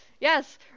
Yes